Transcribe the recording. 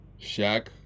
Shaq